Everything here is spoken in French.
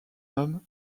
homme